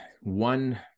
one